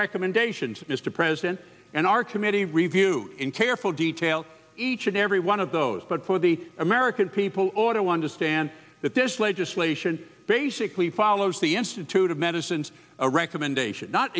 recommendations mr president and our committee reviewed in careful detail each and every one of those but for the american people or to understand that this legislation basically follows the institute of medicines a recommendation not